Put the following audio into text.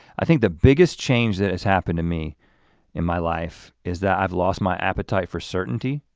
i think the biggest change that has happened to me in my life is that i've lost my appetite for certainty,